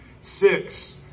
six